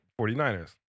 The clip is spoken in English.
49ers